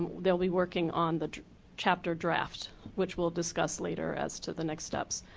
they will be working on the chapter draft which will discuss later as to the next steps.